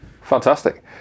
Fantastic